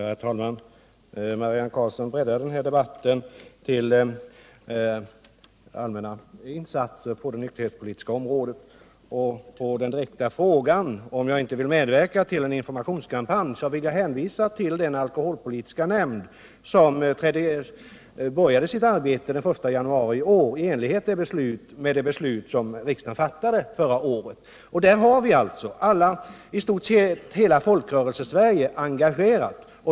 Herr talman! Marianne Karlsson breddar den här debatten till att också omfatta allmänna insatser på det nykterhetspolitiska området. När det gäller den direkta frågan om jag inte vill medverka till en informationskampanj vill jag hänvisa till den alkoholpolitiska nämnd som började sitt arbete den 1 januariiåri enlighet med det beslut som riksdagen fattade förra året. I den har vi i stort sett hela Folkrörelsesverige engagerat.